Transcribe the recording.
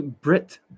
Brit